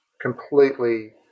completely